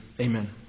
Amen